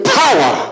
power